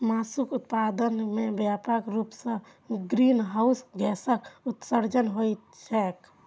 मासुक उत्पादन मे व्यापक रूप सं ग्रीनहाउस गैसक उत्सर्जन होइत छैक